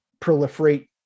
proliferate